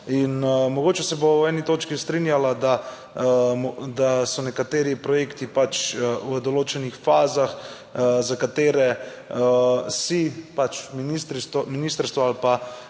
In mogoče se bova v eni točki strinjala, da so nekateri projekti pač v določenih fazah, za katere si pač ministrstvo,